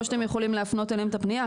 או שאתם יכולים להפנות אליהם את הפנייה,